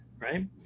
right